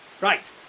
Right